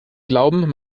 glauben